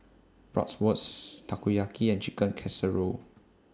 Bratwurst Takoyaki and Chicken Casserole